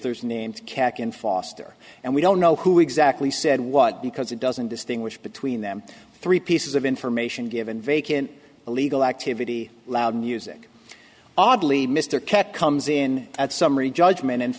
there's names cack and foster and we don't know who exactly said what because it doesn't distinguish between them three pieces of information given vacant illegal activity loud music oddly mr cat comes in at summary judgment and